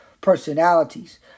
personalities